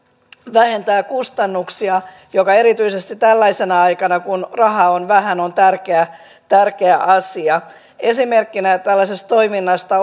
vähentää kustannuksia mikä erityisesti tällaisena aikana kun rahaa on vähän on tärkeä tärkeä asia esimerkkinä tällaisesta toiminnasta